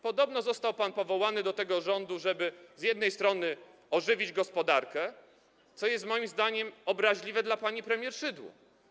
Podobno został pan powołany do tego rządu, żeby z jednej strony ożywić gospodarkę, co jest moim zdaniem obraźliwe dla pani premier Szydło.